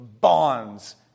bonds